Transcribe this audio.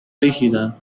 rígida